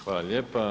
Hvala lijepa.